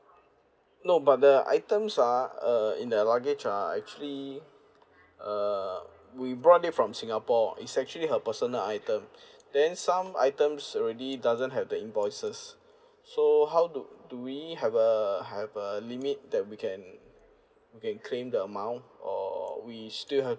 no but the items ah uh in the luggage ah actually uh we brought it from singapore it's actually her personal item then some items already doesn't have the invoices so how do do we have a have a limit that we can we can claim the amount or we still have